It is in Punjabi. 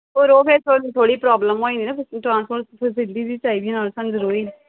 ਔਰ ਉਹ ਫਿਰ ਤੁਹਾਨੂੰ ਥੋੜ੍ਹੀ ਪ੍ਰੋਬਲਮ ਹੋ ਜਾਂਦੀ ਨਾ ਫਿਰ ਟ੍ਰਾਂਸਪੋਰਟ ਫਸਲਿਟੀ ਵੀ ਚਾਹੀਦੀ ਨਾਲ ਸਾਨੂੰ ਜ਼ਰੂਰੀ